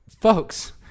folks